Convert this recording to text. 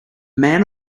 man